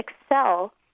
excel